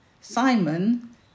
Simon